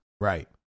right